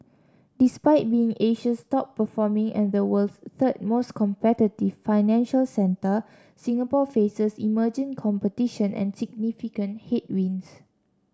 despite being Asia's top performing and the world's third most competitive financial centre Singapore faces emerging competition and significant headwinds